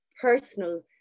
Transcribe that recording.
personal